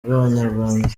bw’abanyarwanda